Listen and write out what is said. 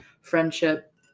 friendship